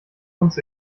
uns